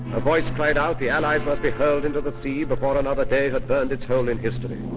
a voice cried out, the allies must be thrown into the sea before another day had burned its hole in history.